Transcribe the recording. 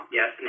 Yes